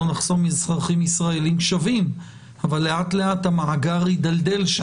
לא נחסום אזרחים ישראלים שבים אבל לאט לאט המאגר שם יידלדל.